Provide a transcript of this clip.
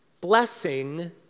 Blessing